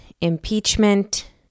impeachment